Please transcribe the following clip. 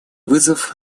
вызов